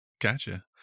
gotcha